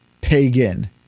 pagan